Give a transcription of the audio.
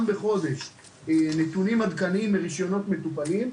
בחודש נתונים עדכניים לרישיונות מטופלים,